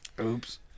oops